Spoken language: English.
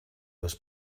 was